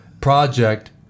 project